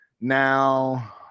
Now